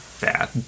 bad